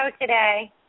today